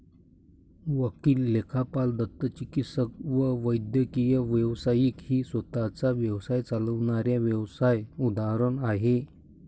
वकील, लेखापाल, दंतचिकित्सक व वैद्यकीय व्यावसायिक ही स्वतः चा व्यवसाय चालविणाऱ्या व्यावसाय उदाहरण आहे